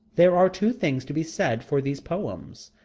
there are two things to be said for those poems.